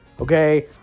okay